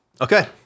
Okay